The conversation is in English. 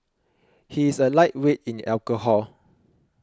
he is a lightweight in alcohol